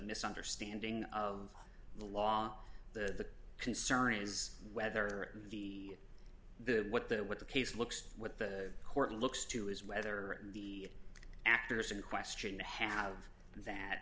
misunderstanding of the law the concern is whether the the what that what the case looks what the court looks to is whether the actors in question have that